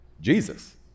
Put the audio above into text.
Jesus